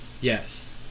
Yes